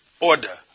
order